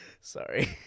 Sorry